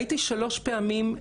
הייתי שלוש פעמים,